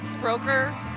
broker